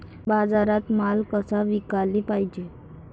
बाजारात माल कसा विकाले पायजे?